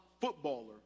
footballer